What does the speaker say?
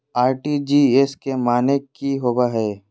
RTGS के माने की होबो है?